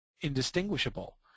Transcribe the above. indistinguishable